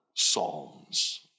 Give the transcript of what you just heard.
Psalms